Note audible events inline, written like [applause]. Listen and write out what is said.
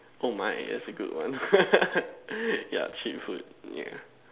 oh my that's a good one [laughs] ya cheap food ya